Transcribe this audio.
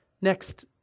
Next